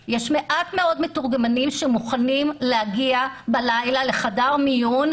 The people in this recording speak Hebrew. יש מעט מאוד מתורגמנים שמוכנים להגיע בלילה לחדר מיון,